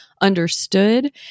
understood